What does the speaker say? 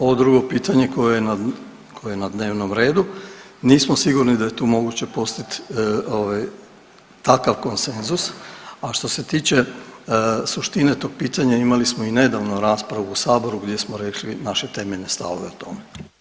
Ovo drugo pitanje koje je na, koje je na dnevnom redu, nismo sigurni da je tu moguće postići takav konsezus, a što se tiče suštine tog pitanja, imali smo i nedavno raspravu u Saboru, gdje smo rekli naše temeljne stavove o tome.